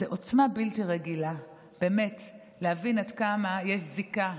זו עוצמה באמת בלתי רגילה להבין עד כמה יש זיקה.